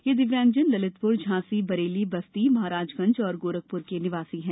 ये दिव्यांगजन ललितप्र झांसी बरेली बस्ती महाराजगंज और गोरखप्र के निवासी हैं